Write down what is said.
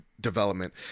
development